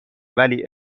ولی